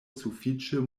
sufiĉe